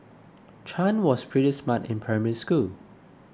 Chan was pretty smart in Primary School